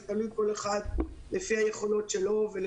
שזה שנה לאחר סיום תקופת